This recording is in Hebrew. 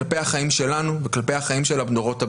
כלפי החיים שלנו וכלפי החיים של הדורות הבאים.